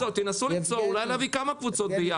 פתרון, אולי להביא כמה קבוצות ביחד.